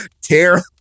tear